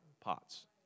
pots